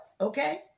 okay